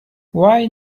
why